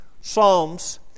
Psalms